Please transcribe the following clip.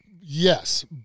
Yes